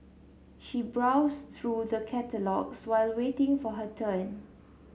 she browsed through the catalogues while waiting for her turn